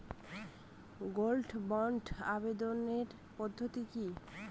Gold বন্ডে আবেদনের পদ্ধতিটি কি?